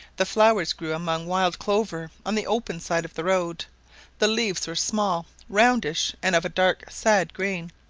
the flower grew among wild clover on the open side of the road the leaves were small, roundish, and of a dark sad green.